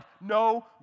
no